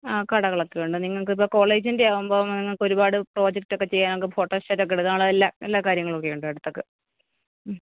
ആ കടകളൊക്കെ ഉണ്ട് നിങ്ങൾക്കിപ്പം കോളേജിന്റെ ആവുമ്പം നിങ്ങൾക്ക് ഒരുപാട് പ്രോജക്റ്റ് ഒക്കെ ചെയ്യാനൊക്കെ ഫോട്ടോസ്റ്റാറ്റ് ഒക്കെ എടുക്കാനുള്ള എല്ലാം എല്ലാ കാര്യങ്ങളും ഉണ്ട് അടുത്തൊക്കെ